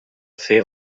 fer